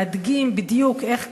להדגים בדיוק איך קרה,